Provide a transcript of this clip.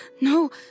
No